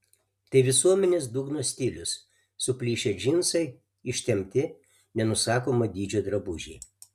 tai visuomenės dugno stilius suplyšę džinsai ištempti nenusakomo dydžio drabužiai